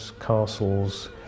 castles